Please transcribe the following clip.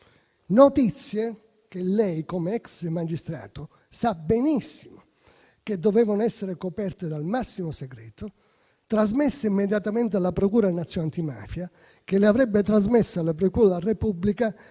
Notizie che lei, come ex magistrato, sa benissimo che dovevano essere coperte dal massimo segreto e trasmesse immediatamente alla procura nazionale antimafia, che le avrebbe trasmesse alla procura della Repubblica,